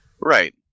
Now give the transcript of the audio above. Right